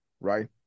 right